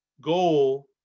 goal